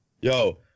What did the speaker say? Yo